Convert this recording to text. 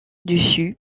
dessus